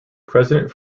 president